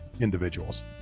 individuals